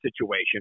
situation